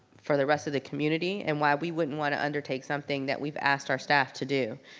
for the rest of the community and why we wouldn't wanna undertake something that we've asked our staff to do.